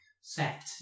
set